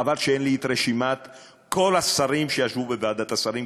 חבל שאין לי רשימה של כל השרים שישבו בוועדת השרים,